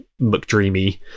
McDreamy